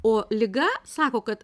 o liga sako kad